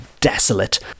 desolate